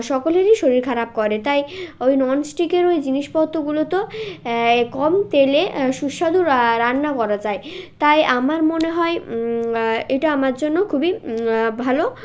সকলেরই শরীর খারাপ করে তাই ওই ননস্টিকের ওই জিনিসপত্রগুলো তো এ কম তেলে সুস্বাদু রান্না করা যায় তাই আমার মনে হয় এটা আমার জন্য খুবই ভালো